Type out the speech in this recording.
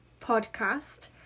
podcast